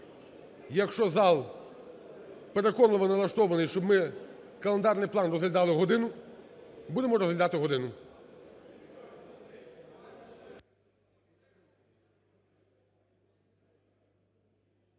Якщо зал переконливо налаштований, щоб ми календарний план розглядали годину, будемо розглядати годину.